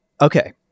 Okay